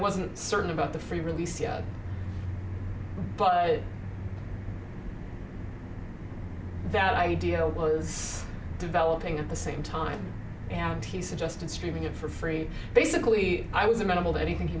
wasn't certain about the free release yet but that idea was developing at the same time and he suggested streaming it for free basically i was amenable to anything he